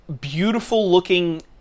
beautiful-looking